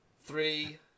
Three